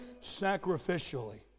sacrificially